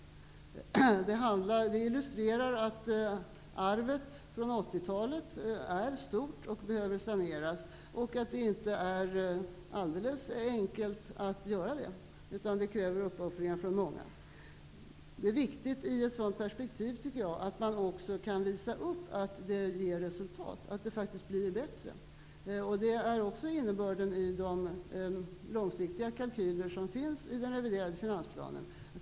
Det illustrerar att arvet från 80-talet är stort och behöver saneras och att det inte är alldeles enkelt att göra det, utan det kräver uppoffringar från många. Det är viktigt i ett sådant perspektiv, tycker jag, att man också kan visa upp att det ger resultat, att det faktiskt blir bättre. Det är också innebörden i de långsiktiga kalkyler som finns i den reviderade finansplanen.